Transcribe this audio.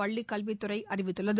பள்ளிக்கல்வித் துறை அறிவித்துள்ளது